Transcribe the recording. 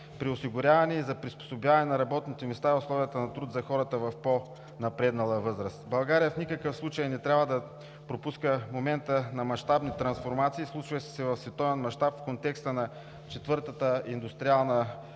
при осигуряване и за приспособяване на работните места в условията на труд за хората в по-напреднала възраст. България в никакъв случай не трябва да пропуска момента на мащабни трансформации, случващи се в световен мащаб в контекста на Четвъртата индустриална